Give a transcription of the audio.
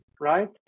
right